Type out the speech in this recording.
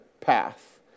path